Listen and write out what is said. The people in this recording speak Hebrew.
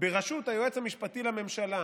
בראשות היועץ המשפטי לממשלה